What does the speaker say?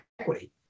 equity